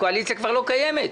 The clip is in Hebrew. הקואליציה כבר לא קיימת.".